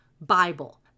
Bible